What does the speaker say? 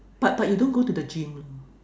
but but you don't go to the gym ah